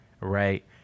right